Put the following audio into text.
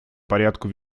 порядку